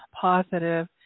positive